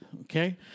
Okay